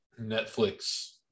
Netflix